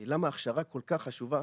למה ההכשרה כל כך חשובה.